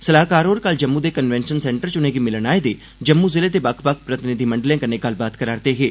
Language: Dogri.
सलाहकार होर कल जम्मू दे कन्वेंशनन सेंटर च उनेंगी मिलन आए दे जम्मू जिले दे बक्ख बक्ख प्रतिनिधिमंडलें कन्नै गल्लबात करा'रदे हे